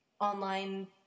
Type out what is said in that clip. online